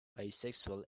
bisexual